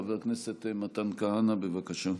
חבר הכנסת מתן כהנא, בבקשה.